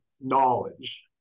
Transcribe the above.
knowledge